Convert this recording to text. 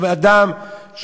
זאת אומרת, אדם שנותן